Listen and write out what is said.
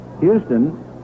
Houston